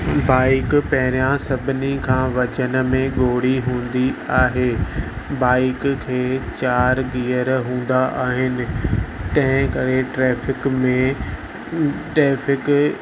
bike पहिरियां सभिनी खां वज़न में ॻोढ़ी हूंदी आहे बाइक खे चार गियर हूंदा आहिनि तंहिं करे ट्रेफिक में टेफिक